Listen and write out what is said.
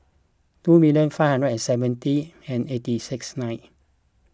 two million five hundred and seventy and eighty six nine